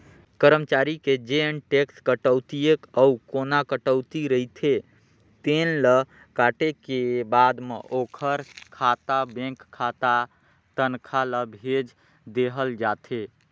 करमचारी के जेन टेक्स कटउतीए अउ कोना कटउती रहिथे तेन ल काटे के बाद म ओखर खाता बेंक खाता तनखा ल भेज देहल जाथे